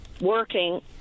working